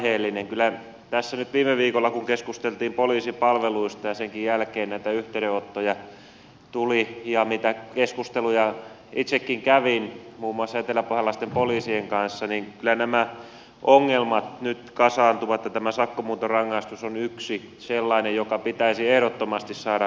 kyllä tässä nyt viime viikolla kun keskusteltiin poliisipalveluista ja senkin jälkeen näitä yhteydenottoja tuli ja itsekin kävin keskusteluja muun muassa eteläpohjalaisten poliisien kanssa osoitettiin että nämä ongelmat nyt kasaantuvat ja tämä sakkomuuntorangaistus on yksi sellainen joka pitäisi ehdottomasti saada palautettua